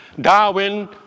Darwin